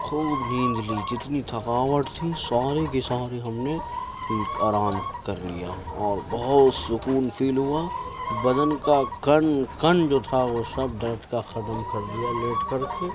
خوب نیند لی جتنی تھکاوٹ تھی سارے کے سارے ہم نے آرام کر لیا اور بہت سکون فیل ہوا بدن کا کن کن جو تھا وہ سب درد کا ختم کر دیا لیٹ کر کے